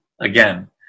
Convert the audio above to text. again